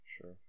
sure